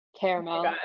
caramel